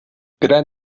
gran